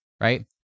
right